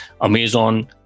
Amazon